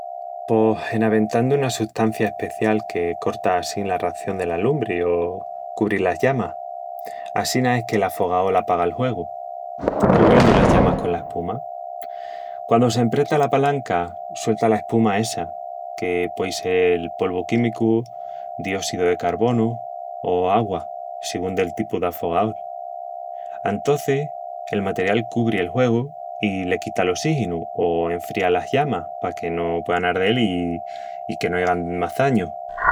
Pos... en aventandu una sustancia especial que corta assín la ración dela lumbri o cubri las llamas, Assina es que l'afogaol apaga el huegu, cubriendu las llamas cola espuma. Quandu s'empreta la palanca, suelta la espuma essa, que puei sel polvu químicu, dióssidu de carvonu o augua, sigún del tipu d'afogaol. Antocis, el material cubri el huegu i le quita l'ossíginu o enfría las llamas paque no puean ardel i...i que no aigan más dañus.